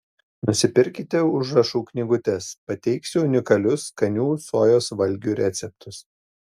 nusipirkite užrašų knygutes pateiksiu unikalius skanių sojos valgių receptus